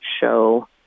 show